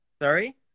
Sorry